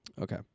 Okay